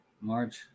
March